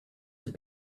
have